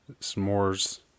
S'mores